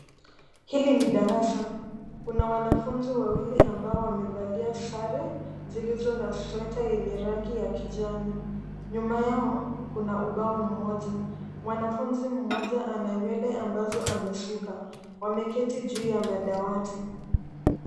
Hili ni darasa. Kuna wanafunzi wawili ambao wamevalia sare, zilizo na sweta yenye rangi ya kijani. Nyuma yao kuna ubao mmoja. Mwanafunzi mmoja ana nywele ambazo amesuka Wameketi juu ya madawati.